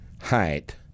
height